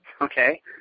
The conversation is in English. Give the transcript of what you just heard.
okay